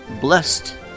blessed